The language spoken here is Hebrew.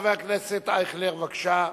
חבר הכנסת אייכלר, בבקשה.